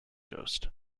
ghost